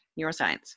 neuroscience